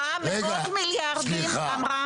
אמרה מאות מיליארדים.